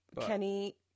Kenny